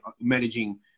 Managing